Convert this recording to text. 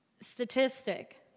statistic